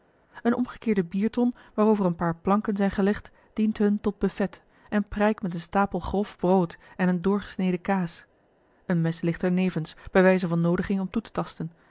een omgekeerde bierton waarover een paar planken zijn gelegd dient hun tot buffet en prijkt met een stapel grof brood en eene doorgesneden kaas een mes ligt er nevens bij wijze van noodiging om toe te tasten